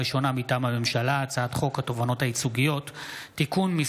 פ/3396/25: הצעת חוק הבטחת הכנסה (תיקון,